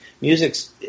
music's